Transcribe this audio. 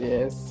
Yes